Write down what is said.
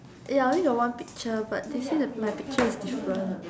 ya I only got one picture but they say the my picture is different